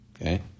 okay